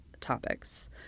topics